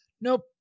Nope